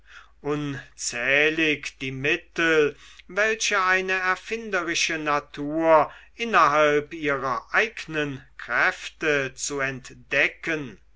unzählig die mittel welche eine erfinderische natur innerhalb ihrer eignen kräfte zu entdecken